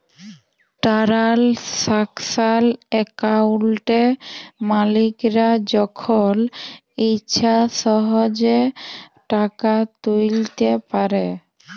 টারালসাকশাল একাউলটে মালিকরা যখল ইছা সহজে টাকা তুইলতে পারে